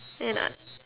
and I